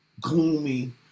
gloomy